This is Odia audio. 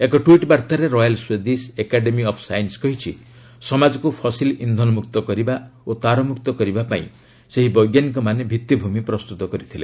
ଏକ ଟୁଇଟ୍ ବାର୍ଭାରେ Royal Swedish Academy of Science କହିଛି ସମାଜକୁ ଫସିଲ ଇନ୍ଧନମୁକ୍ତ କରିବା ଓ ତାରମୁକ୍ତ କରିବା ପାଇଁ ସେହି ବୈଜ୍ଞାନିକମାନେ ଭିଭିଭୂମି ପ୍ରସ୍ତୁତ କରିଥିଲେ